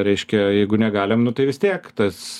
reiškia jeigu negalim nu tai vis tiek tas